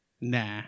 nah